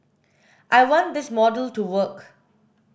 I want this model to work